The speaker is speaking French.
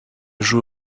joue